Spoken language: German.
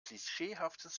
klischeehaftes